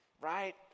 right